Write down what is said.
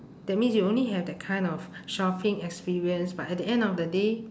that means you only have that kind of shopping experience but at the end of the day